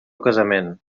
casament